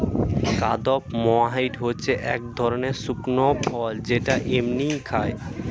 কাদপমহাট হচ্ছে এক ধরণের শুকনো ফল যেটা এমনিই খায়